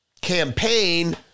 campaign